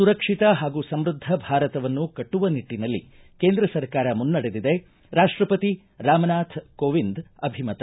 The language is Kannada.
ಸುರಕ್ಷಿತ ಹಾಗೂ ಸಮೃದ್ಧ ಭಾರತವನ್ನು ಕಟ್ಟುವ ನಿಟ್ಟನಲ್ಲಿ ಕೇಂದ್ರ ಸರ್ಕಾರ ಮುನ್ನಡೆದಿದೆ ರಾಷ್ಟಪತಿ ರಾಮನಾಥ ಕೋವಿಂದ್ ಅಭಿಮತ